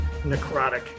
necrotic